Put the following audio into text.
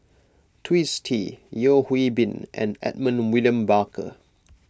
Twisstii Yeo Hwee Bin and Edmund William Barker